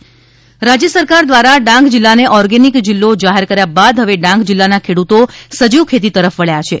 ડાંગ સજીવ ખેતી શણ રાજ્ય સરકાર દ્વારા ડાંગ જીલ્લાને ઓર્ગેનિક જીલ્લો જાહેર કર્યા બાદ હવે ડાંગ જીલ્લાના ખેડૂતો સજીવ ખેતી તરફ વબ્યાં છે